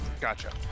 Gotcha